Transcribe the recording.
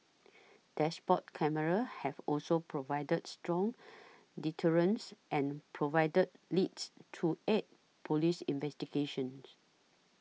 dashboard cameras have also provided strong deterrence and provided leads to aid police investigations